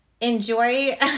enjoy